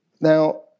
Now